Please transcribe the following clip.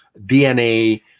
DNA